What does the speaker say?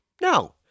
No